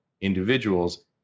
individuals